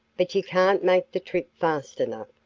but you can't make the trip fast enough,